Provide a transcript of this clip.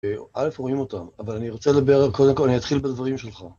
אלף רואים אותם, אבל אני רוצה לדבר קודם כל, אני אתחיל בדברים שלך.